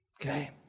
Okay